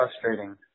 frustrating